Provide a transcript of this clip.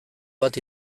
bat